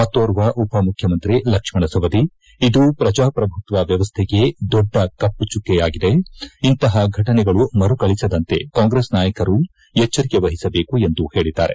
ಮತ್ತೋರ್ವ ಉಪಮುಖ್ಯಮಂತ್ರಿ ಲಕ್ಷ್ಮಣ ಸವದಿ ಇದು ಪ್ರಜಾಪ್ರಭುತ್ವ ವ್ಯವಸ್ಥೆಗೆ ದೊಡ್ಡ ಕಪ್ಪು ಚುಕ್ಕಿಯಾಗಿದೆ ಇಂತಪ ಫಟನೆಗಳು ಮರುಕಳಿಸದಂತೆ ಕಾಂಗ್ರೆಸ್ ನಾಯಕರು ಎಚ್ವರಿಕೆ ವಹಿಸಬೇಕು ಎಂದು ಹೇಳಿದ್ದಾರೆ